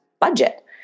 budget